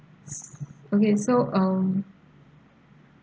okay so um